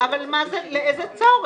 אושר.